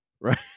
Right